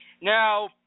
Now